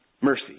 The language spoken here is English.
mercy